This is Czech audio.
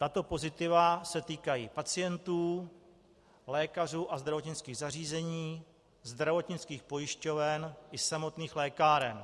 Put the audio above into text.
Tato pozitiva se týkají pacientů, lékařů a zdravotnických zařízení, zdravotnických pojišťoven i samotných lékáren.